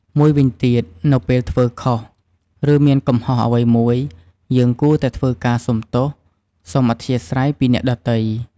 មួយវិញទៀតនៅពេលធ្វើខុស ឬ មានកំហុសអ្វីមួយ យើងគួរតែធ្វើការសុំទោស សុំំអធ្យាស្រ័យពីអ្នកដទៃ។